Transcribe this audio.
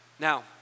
Now